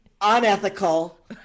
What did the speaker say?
unethical